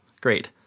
Great